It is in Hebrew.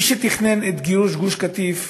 מי שתכנן את גירוש גוש-קטיף